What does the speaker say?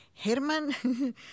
Herman